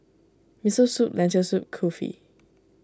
Miso Soup Lentil Soup Kulfi